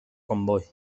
convoy